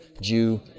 Jew